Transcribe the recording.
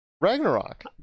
Ragnarok